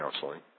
counseling